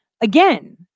again